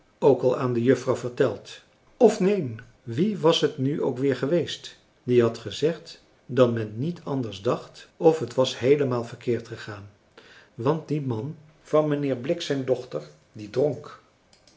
ook al aan de juffrouw verteld of neen wie was het nu ook weer geweest die had gezegd dat men niet anders dàcht of het was heelemaal verkeerd gegaan want die man van mijnheer blik zijn dochter die dronk